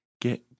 get